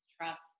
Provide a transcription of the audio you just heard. trust